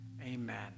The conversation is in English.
amen